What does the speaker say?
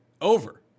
over